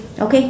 okay